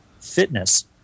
fitness